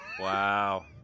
Wow